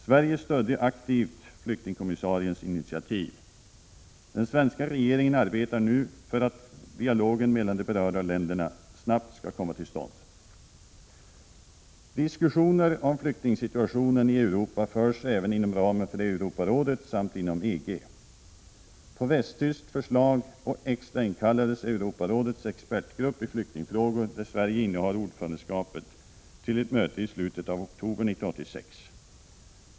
Sverige stödde aktivt flyktingkommissariens initiativ. Den svenska regeringen arbetar nu för att dialogen mellan de berörda länderna snabbt skall komma till stånd. Diskussioner om flyktingsituationen i Europa förs även inom ramen för Europarådet samt inom EG. På västtyskt förslag extrainkallades Europarådets expertgrupp i flyktingfrågor, där Sverige innehar ordförandeskapet, till ett möte i slutet av oktober 1986.